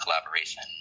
collaboration